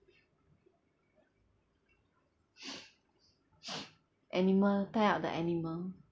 animal tie up the animal